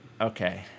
okay